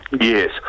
Yes